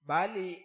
Bali